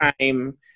time